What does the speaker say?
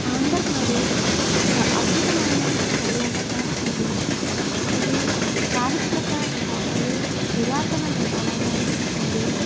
ఆంధ్రప్రదేశ్ ఒక అద్భుతమైన పర్యాటక ప్రదేశం ఇది చారిత్రక కోటలు పురాతన దేవాలయాలు మరియు